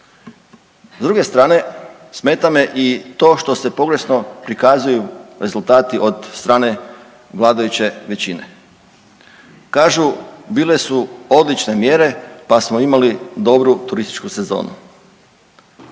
S druge strane smeta me i to što se pogrešno prikazuju rezultati od strane vladajuće većine. Kažu, bile su odlične mjere pa smo imali dobru turističku sezonu.